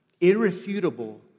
Irrefutable